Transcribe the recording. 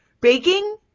baking